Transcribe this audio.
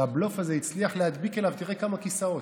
והבלוף הזה הצליח להדביק אליו, תראה כמה כיסאות.